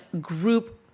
group